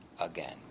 again